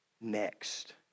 next